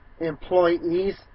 employees